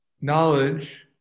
knowledge